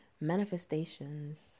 manifestations